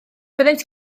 byddent